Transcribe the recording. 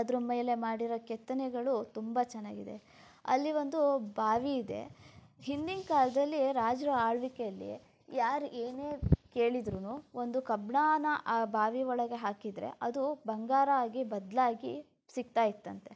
ಅದರ ಮೇಲೆ ಮಾಡಿರೋ ಕೆತ್ತನೆಗಳು ತುಂಬ ಚೆನ್ನಾಗಿದೆ ಅಲ್ಲಿ ಒಂದು ಬಾವಿ ಇದೆ ಹಿಂದಿನ ಕಾಲದಲ್ಲಿ ರಾಜರು ಆಳ್ವಿಕೆಯಲ್ಲಿ ಯಾರು ಏನೇ ಕೇಳಿದರೂ ಒಂದು ಕಬ್ಬಿಣಾನ ಆ ಬಾವಿ ಒಳಗೆ ಹಾಕಿದರೆ ಅದು ಬಂಗಾರ ಆಗಿ ಬದಲಾಗಿ ಸಿಕ್ತಾ ಇತ್ತಂತೆ